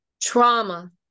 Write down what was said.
trauma